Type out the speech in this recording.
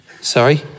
sorry